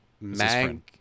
Mag